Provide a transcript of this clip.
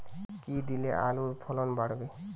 কী দিলে আলুর ফলন বাড়বে?